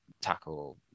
tackle